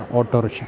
auto rickshaw